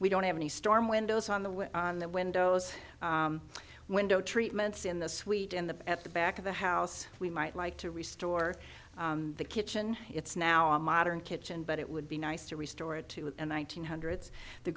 we don't have any storm windows on the on the windows window treatments in the suite and the at the back of the house we might like to restore the kitchen it's now a modern kitchen but it would be nice to restore a two and one thousand hundreds the